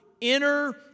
inner